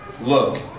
Look